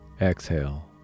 exhale